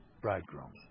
bridegroom